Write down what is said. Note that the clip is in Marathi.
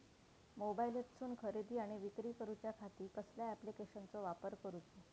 मोबाईलातसून खरेदी आणि विक्री करूच्या खाती कसल्या ॲप्लिकेशनाचो वापर करूचो?